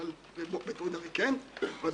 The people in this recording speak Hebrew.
אני אדבר קודם באופן כללי ואחרי זה על